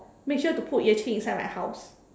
make sure to put Yue-Qing inside my house